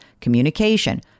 communication